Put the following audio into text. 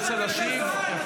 חבר הכנסת שירי, תודה.